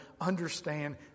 Understand